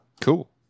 Cool